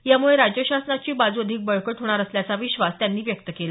यामुळे राज्यशासनाची बाजू अधिक बळकट होणार असल्याचा विश्वास त्यांनी वर्तवला